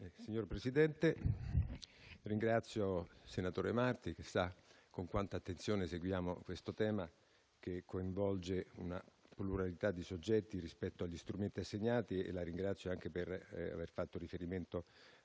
Signor Presidente, ringrazio il senatore Marti, che sa con quanta attenzione seguiamo questo tema, che coinvolge una pluralità di soggetti rispetto agli strumenti assegnati, e la ringrazio anche per aver fatto riferimento